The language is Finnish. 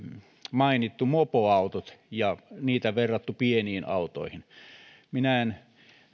mainittu mopoautot ja niitä verrattu pieniin autoihin minä en